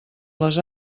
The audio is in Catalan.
les